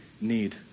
need